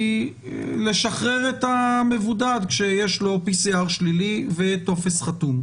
לשחרר את המבודד כשיש לו PCR שלילי וטופס חתום.